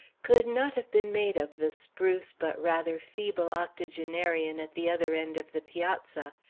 could not have been made of the spruce, but rather feeble octogenarian at the other end of the piazza.